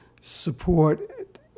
support